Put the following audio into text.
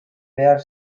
behar